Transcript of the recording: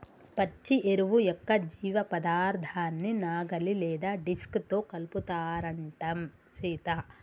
పచ్చి ఎరువు యొక్క జీవపదార్థాన్ని నాగలి లేదా డిస్క్ తో కలుపుతారంటం సీత